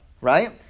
right